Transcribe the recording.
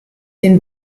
den